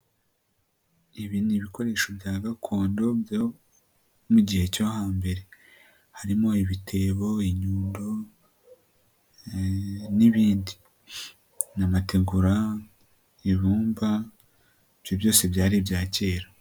Ibi ni ibikoresho bya gakondo byo mu gihe cyo hambere, harimo ibitebo, inyuro n'ibindi. Harimo amategura, ibumba ibyo byose byari ibya kera.